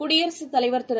குடியரசுத் தலைவர் திரு